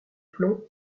plomb